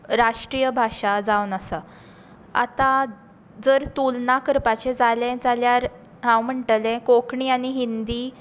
राष्ट्रीय भाशा जावन आसा आतां तुलना करपाचें जालें जाल्यार हांव म्हणटलें कोंकणी आनी हिंदी